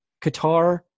Qatar